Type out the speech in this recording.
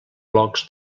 blocs